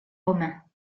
romain